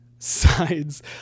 sides